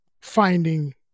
finding